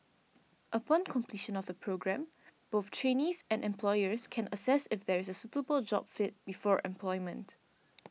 upon completion of the programme both trainees and employers can assess if there is a suitable job fit before employment